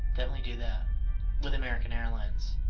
definitely do that with american airlines.